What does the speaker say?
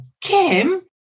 Kim